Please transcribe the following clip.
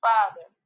Father